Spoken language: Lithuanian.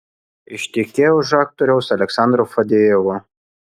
ištekėjo už aktoriaus aleksandro fadejevo